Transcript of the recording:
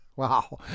Wow